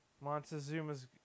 Montezuma's